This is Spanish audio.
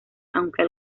aunque